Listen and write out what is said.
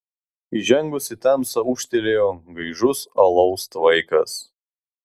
įžengus į tamsą ūžtelėjo gaižus alaus tvaikas